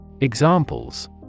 Examples